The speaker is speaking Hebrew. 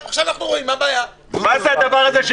מה זה הדבר הזה,